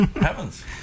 Heavens